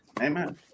Amen